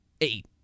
eight